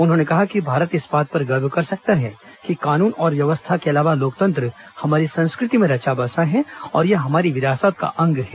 उन्होंने कहा कि भारत इस बात पर गर्व कर सकता है कि कानून और व्यवस्था के अलावा लोकतंत्र हमारी संस्कृति में रचा बसा है और यह हमारी विरासत का अंग है